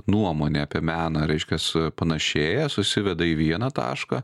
nuomonė apie meną reiškiasi panašėja susiveda į vieną tašką